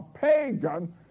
pagan